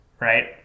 right